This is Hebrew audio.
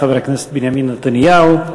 חבר הכנסת בנימין נתניהו.